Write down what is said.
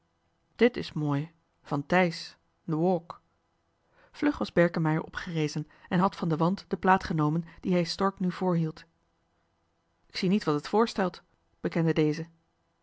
dit is mooi van thijs the walk vlug was berkemeier opgerezen en had van den wand de plaat genomen die hij stork nu voorhield k zie niet wat het voorstelt bekende deze